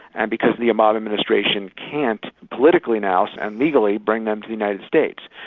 and because the obama administration can't politically now, and legally, bring them to the united states.